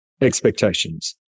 expectations